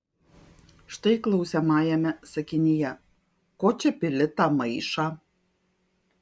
štai klausiamajame sakinyje ko čia pili tą maišą